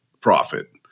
profit